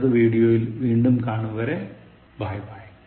അടുത്ത വീഡിയോയിൽ വീണ്ടും കാണും വരെ ബൈ